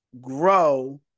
grow